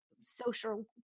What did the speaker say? social